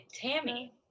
Tammy